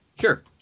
Sure